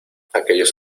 aquellos